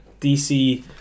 DC